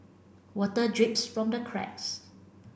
water drips from the cracks